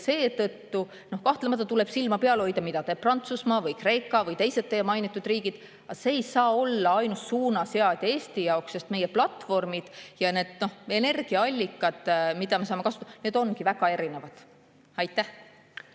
pidada. Kahtlemata tuleb silma peal hoida, mida teeb Prantsusmaa või Kreeka või teevad teised teie mainitud riigid, aga see ei saa olla ainus suunaseadja Eesti jaoks, sest platvormid ja need energiaallikad, mida me saame kasutada, ongi väga erinevad. Aitäh!